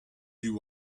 you